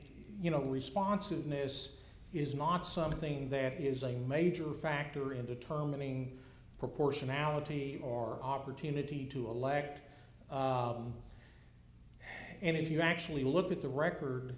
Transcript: you know response to this is not something that is a major factor in determining proportionality or opportunity to elect and if you actually look at the record